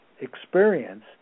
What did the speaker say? experience